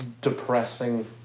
depressing